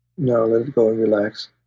now let it go, relax.